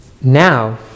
Now